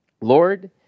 Lord